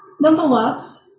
nonetheless